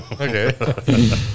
Okay